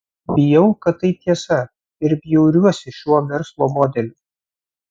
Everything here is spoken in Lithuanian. bijau kad tai tiesa ir bjauriuosi šiuo verslo modeliu